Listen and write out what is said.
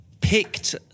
picked